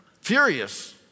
Furious